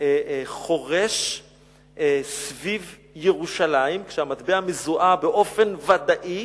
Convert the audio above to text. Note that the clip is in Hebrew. חורש סביב ירושלים, והמטבע מזוהה באופן ודאי